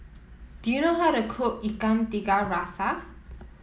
do you know how to cook Ikan Tiga Rasa